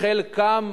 מה זה המספר,